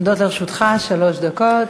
עומדות לרשותך שלוש דקות.